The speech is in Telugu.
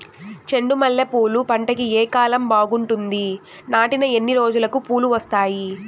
చెండు మల్లె పూలు పంట కి ఏ కాలం బాగుంటుంది నాటిన ఎన్ని రోజులకు పూలు వస్తాయి